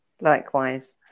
Likewise